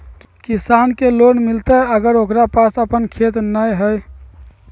किसान के लोन मिलताय अगर ओकरा पास अपन खेत नय है?